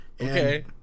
Okay